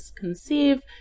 conceive